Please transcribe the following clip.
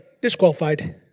disqualified